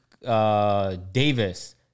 Davis